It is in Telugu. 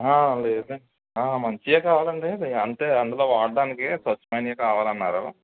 లేదండి మంచివి కావాలి అండి అంటే అందులో వాడడానికి స్వచ్ఛమైనవి కావాలి అన్నారు